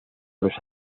los